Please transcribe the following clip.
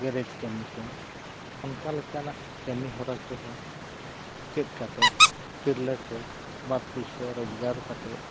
ᱜᱮᱨᱮᱡ ᱠᱟᱹᱢᱤ ᱠᱚ ᱚᱱᱠᱟ ᱞᱮᱠᱟᱱᱟᱜ ᱠᱟᱹᱢᱤᱦᱚᱨᱟ ᱠᱚᱦᱚᱸ ᱪᱮᱫ ᱠᱟᱛᱮᱫ ᱛᱤᱨᱞᱟᱹ ᱠᱚ ᱵᱟᱨ ᱯᱩᱭᱥᱟᱹ ᱨᱚᱡᱜᱟᱨ ᱠᱟᱛᱮᱫ